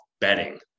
betting